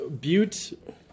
Butte